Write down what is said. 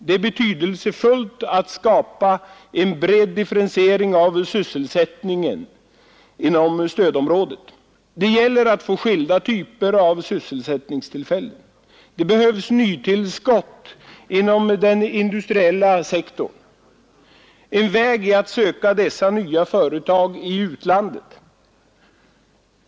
Det är betydelsefullt att skapa en bred differentiering av sysselsättningen inom stödområdet. Det gäller att få skilda typer av sysselsättningstillfällen. Det behövs nytillskott inom den industriella sektorn. En väg är att söka dessa nya företag i utlandet.